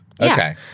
Okay